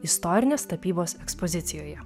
istorinės tapybos ekspozicijoje